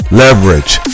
leverage